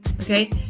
okay